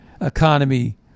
economy